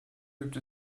gibt